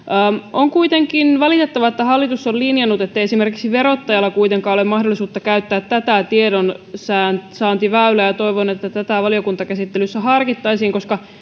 on kuitenkin valitettavaa että hallitus on linjannut että esimerkiksi verottajalla ei kuitenkaan ole mahdollisuutta käyttää tätä tiedonsaantiväylää toivon että tätä valiokuntakäsittelyssä harkittaisiin koska